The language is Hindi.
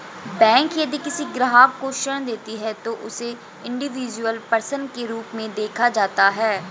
बैंक यदि किसी ग्राहक को ऋण देती है तो उसे इंडिविजुअल पर्सन के रूप में देखा जाता है